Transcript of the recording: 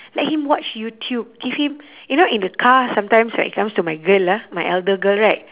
let him watch youtube give him you know in the car sometimes like it comes to my girl ah my elder girl right